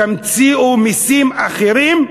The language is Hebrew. תמציאו מסים אחרים,